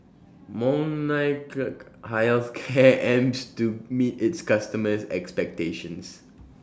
Molnylcke Health Care aims to meet its customers' expectations